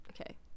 okay